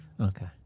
Okay